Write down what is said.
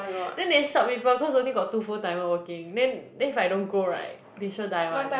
then they short people cause only got two full-timer working then then if I don't go right they sure die [one]